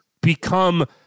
become